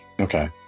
Okay